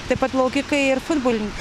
taip pat plaukikai ir futbolininkai